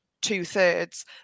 two-thirds